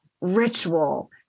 ritual